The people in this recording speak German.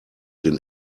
den